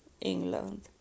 England